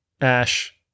Ash